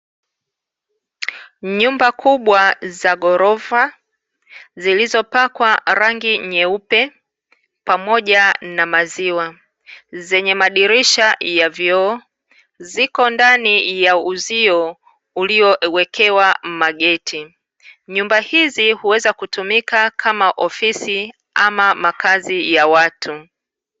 Nyumba kubwa za ghorofa, zilizopakwa rangi nyeupe pamoja na maziwa zenye madirisha ya vioo, ziko ndani ya uzio uliowekewa mageti. Nyumba hizi huweza kutumika kama ofisi ama makazi ya watu.